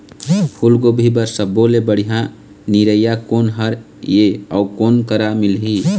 फूलगोभी बर सब्बो ले बढ़िया निरैया कोन हर ये अउ कोन करा मिलही?